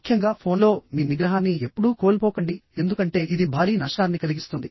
న్లో మీ నిగ్రహాన్ని ఎప్పుడూ కోల్పోకండి ఎందుకంటే ఇది భారీ నష్టాన్ని కలిగిస్తుంది